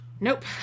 nope